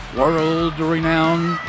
world-renowned